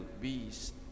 beast